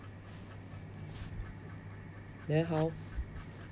then how